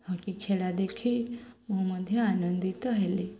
hockey ଖେଳ ଦେଖି ମୁଁ ମଧ୍ୟ ଆନନ୍ଦିତ ହେଲେ